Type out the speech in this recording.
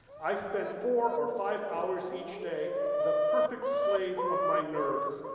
i spent four or five hours each day the perfect slave of my nerves,